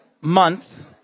month